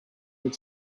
had